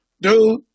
Dude